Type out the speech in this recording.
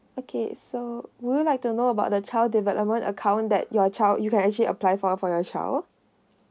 okay so would you like to know about the child development account that your child you can actually apply for for your child